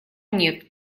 нет